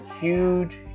huge